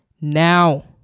now